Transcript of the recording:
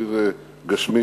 עיר גשמית,